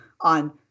on